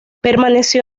permaneció